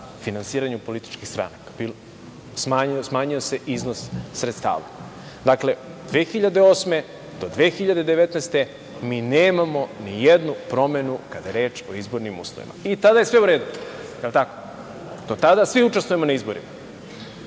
finansiranju političkih stranaka. Smanjio se iznos sredstava. Dakle, od 2008. do 2019. godine mi nemamo ni jednu promenu kada je reč o izbornim uslovima. Tada je sve uredu. Da li je tako? Tada svi učestvujemo na izborima.